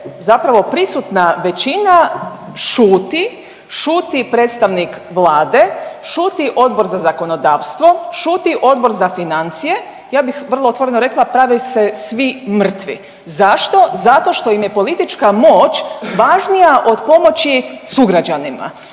zapravo prisutna većina šuti, šuti predstavnik Vlade, šuti Odbor za zakonodavstvo, šuti Odbor za financije, ja bih vrlo otvoreno rekla prave se svi mrtvi. Zašto? Zato što im je politička moć važnija od pomoći sugrađanima,